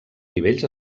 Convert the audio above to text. nivells